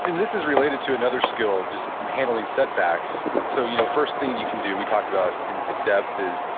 and this is related to another skill of just handling setbacks. so you know first thing you can do, we talked about in depth is,